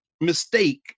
mistake